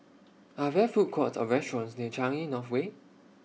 Are There Food Courts Or restaurants near Changi North Way